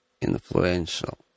influential